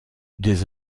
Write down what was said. des